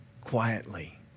quietly